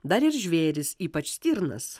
dar ir žvėris ypač stirnas